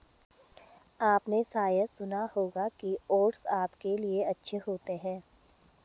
आपने शायद सुना होगा कि ओट्स आपके लिए अच्छे होते हैं